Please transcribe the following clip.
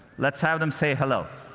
let's have them say hello.